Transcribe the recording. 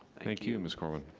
thank you, miss corwin.